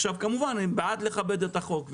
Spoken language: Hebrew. עכשיו כמובן אני בעד לכבד את החוק,